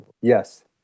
Yes